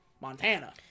Montana